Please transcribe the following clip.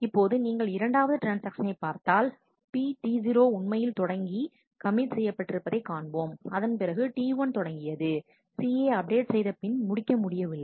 இப்போது நீங்கள் இரண்டாவது ட்ரான்ஸ்ஆக்ஷனை பார்த்தால் B T 0 உண்மையில் தொடங்கி கமிட் செய்யப்பட்டிருப்பதை காண்போம் அதன்பிறகு T1 தொடங்கியது C ஐப் அப்டேட் செய்த பின் முடிக்க முடியவில்லை